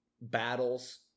battles